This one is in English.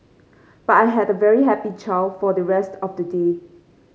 but I had a very happy child for the rest of the day